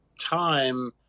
time